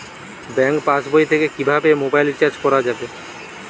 Bank পাশবই থেকে কিভাবে মোবাইল রিচার্জ করা যাবে?